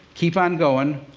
keep on going.